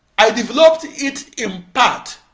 i developed it, in part,